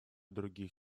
других